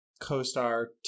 co-star